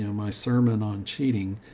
you know my sermon on cheating.